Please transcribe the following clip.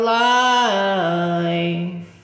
life